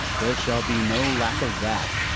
there shall be no lack of that.